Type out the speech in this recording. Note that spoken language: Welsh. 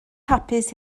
hapus